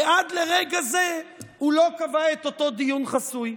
ועד לרגע הזה הוא לא קבע את אותו דיון חסוי.